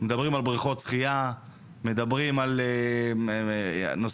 מדברים על בריכות שחיה, על אתלטיקה.